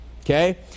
okay